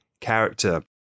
character